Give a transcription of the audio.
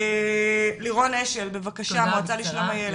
לירון אשל, המועצה לשלום הילד,